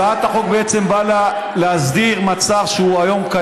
הצעת החוק בעצם באה להסדיר מצב שקיים היום,